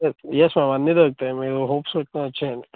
yes అవన్నీ దొరుకుతాయి మీరు హోప్స్ పెట్టుకొని వచ్చేయండి